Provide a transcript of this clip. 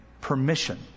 permission